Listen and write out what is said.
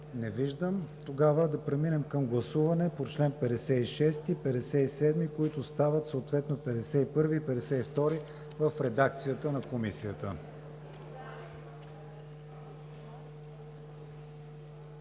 Не виждам. Тогава да преминем към гласуване на чл. 56 и чл. 57, които стават съответно чл. 51 и чл. 52 в редакцията на Комисията.